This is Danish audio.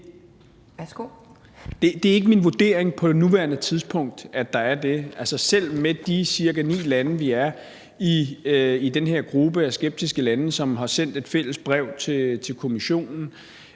Det er ikke min vurdering på nuværende tidspunkt, at der er det. Selv med de cirka ni lande, som vi er i den her gruppe af skeptiske lande, som har sendt et fælles brev til Kommissionen,